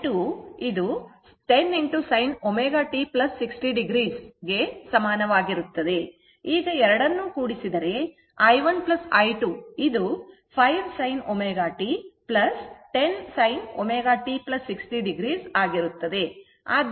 ಈಗ ಎರಡನ್ನೂ ಕೂಡಿಸಿದರೆ i1 i2 ಅದು 5 sin ω t 10 sin ω t 60 o ಆಗಿರುತ್ತದೆ